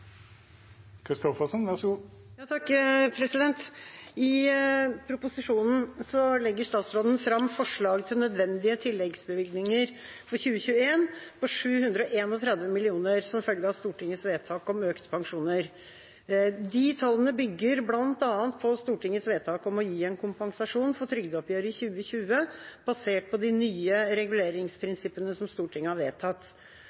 på 731 mill. kr som følge av Stortingets vedtak om økte pensjoner. De tallene bygger bl.a. på Stortingets vedtak om å gi en kompensasjon for trygdeoppgjøret i 2020 basert på de nye